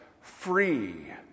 free